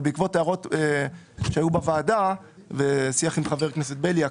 אבל בעקבות הערות שהיו בוועדה ושיח עם חבר הכנסת בליאק,